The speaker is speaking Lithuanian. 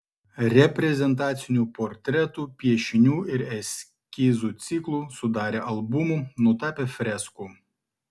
reprezentacinių portretų piešinių ir eskizų ciklų sudarė albumų nutapė freskų